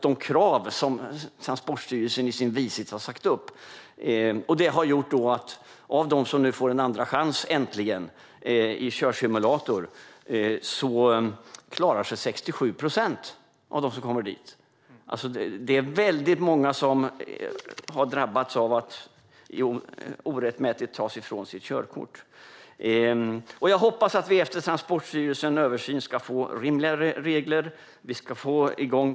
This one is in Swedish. De krav som Transportstyrelsen i sin vishet har satt upp har gjort att av dem som nu äntligen får en andra chans i körsimulator klarar sig 67 procent. Många har drabbats av att orättmätigt få sitt körkort fråntaget. Jag hoppas att vi efter Transportstyrelsens översyn ska få rimliga regler och praktiska körprov.